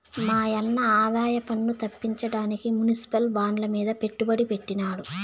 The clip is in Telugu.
మాయన్న ఆదాయపన్ను తప్పించడానికి మునిసిపల్ బాండ్లమీద పెట్టుబడి పెట్టినాడు